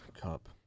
cup